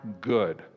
good